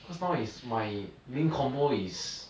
cause now is my link combo is